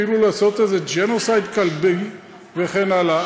כאילו לעשות איזה ג'נוסייד כלבי וכן הלאה.